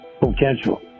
potential